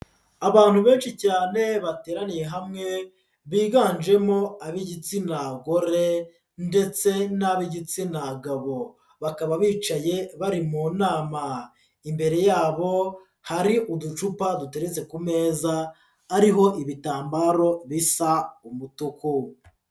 Abantu benshi cyane bateraniye hamwe, biganjemo ab'igitsina gore, ndetse n'ab'igitsina gabo. Bakaba bicaye bari mu nama, imbere yabo hari uducupa duteretse ku meza ariho ibitambaro bisa umutuku.